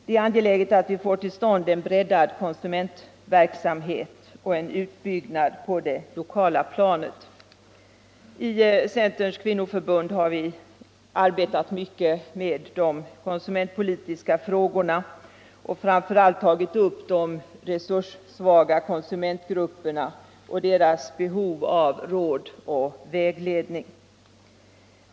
Det är angeläget att vi får till stånd en breddad konsumentverksamhet och en utbyggnad på det lokala planet. I Centerns kvinnoförbund har vi arbetat mycket med de konsumentpolitiska frågorna och framför allt tagit upp de resurssvaga konsumentgruppernas problem och deras behov av råd och vägledning.